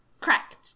Correct